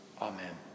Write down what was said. amen